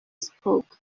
spoke